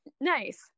nice